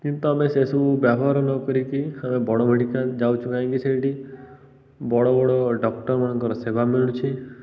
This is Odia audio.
କିନ୍ତୁ ଆମେ ସେସବୁ ବ୍ୟବହାର ନ କରିକି ଆମେ ବଡ଼ ମେଡ଼ିକାଲ୍ ଯାଉଛୁ କାହିଁକି ସେଇଠି ବଡ଼ ବଡ଼ ଡକ୍ଟର୍ମାନଙ୍କର ସେବା ମିଳୁଛି